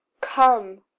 come!